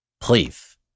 Please